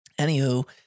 Anywho